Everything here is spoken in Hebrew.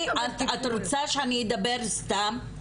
לא, את רוצה שאני אדבר סתם?